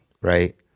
right